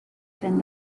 tren